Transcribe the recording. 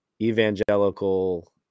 evangelical